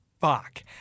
fuck